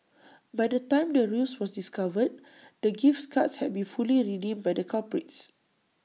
by the time the ruse was discovered the gifts cards had been fully redeemed by the culprits